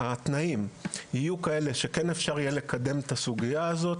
התנאים יהיו כאלה שכן אפשר יהיה לקדם את הסוגיה הזו,